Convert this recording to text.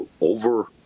over